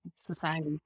society